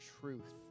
truth